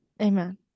Amen